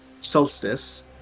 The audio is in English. solstice